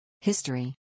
History